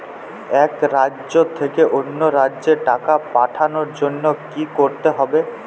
এক রাজ্য থেকে অন্য রাজ্যে টাকা পাঠানোর জন্য কী করতে হবে?